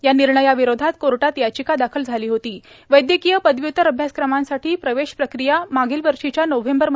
या निर्णयांविरोधात कोर्टात याचिका दाखल झाली वैद्यकीय पदव्य्त्तर अभ्यासक्रमांसाठी प्रवेश प्रक्रिया मागील वर्षीच्या नोव्हेंबर होती